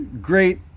great